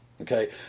Okay